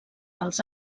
dels